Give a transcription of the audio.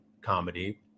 comedy